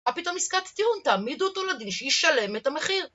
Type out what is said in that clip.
מה פתאום עסקת טיעון, תעמידו אותו לדין שישלם את המחיר